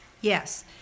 yes